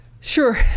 Sure